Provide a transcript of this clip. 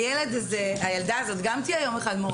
הילד הזה, הילדה הזאת גם תהיה יום אחד מורה.